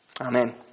Amen